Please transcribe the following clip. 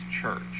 church